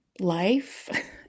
life